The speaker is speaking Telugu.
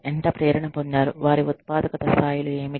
ఎంత ప్రేరణ పొందారు వారి ఉత్పాదకత స్థాయిలు ఏమిటి